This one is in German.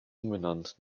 umbenannt